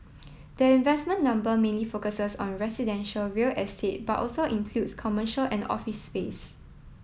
the investment number mainly focuses on residential real estate but also includes commercial and office space